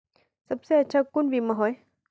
सबसे अच्छा कुन बिमा होय?